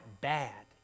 bad